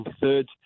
third